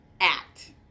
act